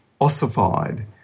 ossified